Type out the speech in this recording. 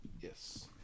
Yes